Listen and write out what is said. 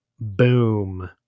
Boom